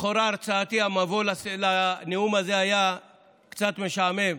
לכאורה הרצאתי, המבוא לנאום הזה היה קצת משעמם,